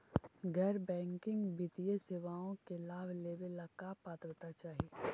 गैर बैंकिंग वित्तीय सेवाओं के लाभ लेवेला का पात्रता चाही?